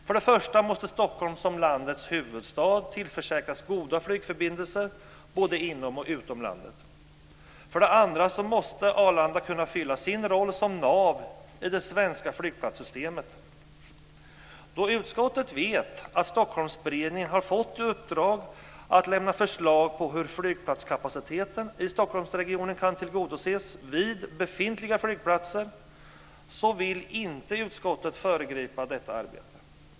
För det första måste Stockholm som landets huvudstad tillförsäkras goda flygförbindelser både inom och utom landet. För det andra måste Arlanda kunna fylla sin roll som nav i det svenska flygplatssystemet. Då utskottet vet att Stockholmsberedningen har fått i uppdrag att lämna förslag på hur flygplatskapaciteten i Stockholmsregionen kan tillgodoses vid befintliga flygplatser, vill utskottet inte föregripa detta arbete.